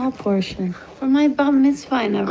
ah portion of my bum is fine. no